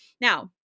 Now